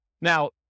now